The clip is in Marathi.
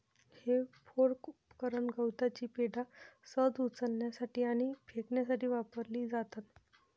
हे फोर्क उपकरण गवताची पेंढा सहज उचलण्यासाठी आणि फेकण्यासाठी वापरली जातात